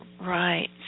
Right